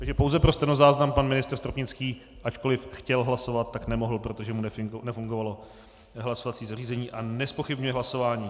Takže pouze pro stenozáznam: pan ministr Stropnický, ačkoliv chtěl hlasovat, tak nemohl, protože mu nefungovalo hlasovací zařízení, a nezpochybňuje hlasování.